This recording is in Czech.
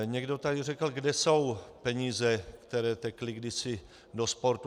Někdo tady řekl: Kde jsou peníze, které tekly kdysi do sportu?